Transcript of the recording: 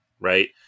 right